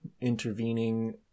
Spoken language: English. Intervening